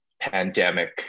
pandemic